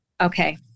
Okay